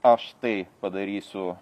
aš tai padarysiu